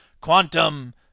Quantum